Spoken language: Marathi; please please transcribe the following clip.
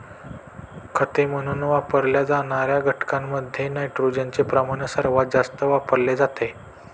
खते म्हणून वापरल्या जाणार्या घटकांमध्ये नायट्रोजनचे प्रमाण सर्वात जास्त वापरले जाते